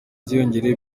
bwiyongere